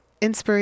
inspiration